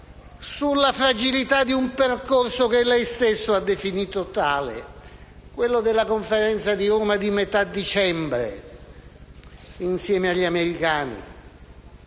sulla fragilità di un percorso che lei stesso ha definito tale, quello della Conferenza di Roma di metà dicembre, insieme agli americani,